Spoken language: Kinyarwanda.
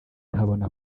nkabona